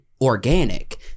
organic